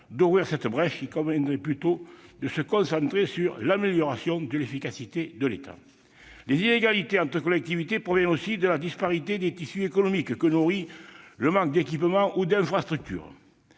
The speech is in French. d'ouvrir cette brèche. Il conviendrait plutôt de se concentrer sur l'amélioration de l'efficacité de l'État. Les inégalités entre collectivités proviennent aussi de la disparité des tissus économiques, que nourrit le manque d'équipement ou d'infrastructures.